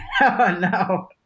No